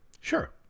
sure